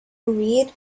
read